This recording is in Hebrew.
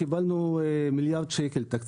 אחרי שקיבלנו תקציב של מיליארד ₪,